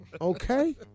Okay